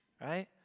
right